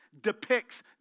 depicts